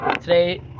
today